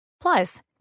Plus